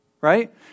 right